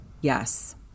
Yes